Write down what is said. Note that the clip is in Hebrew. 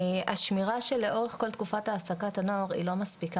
השמירה של לאורך כל תקופת העסקת הנוער היא לא מספיקה.